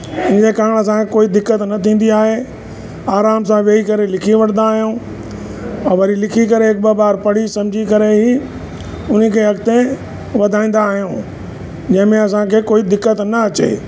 इनजे कारण असां कोई दिक़तु न थींदी आहे आराम सां वेही करे लिखी वठंदा आहियूं ऐं वरी लिखी करे हिकु ॿ बार पढ़ी सम्झी करे ई उनखे अॻिते वधाईंदा आहियूं जंहिंमें असांखे कोई दिक़तु न अचे